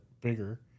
bigger